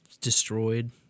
destroyed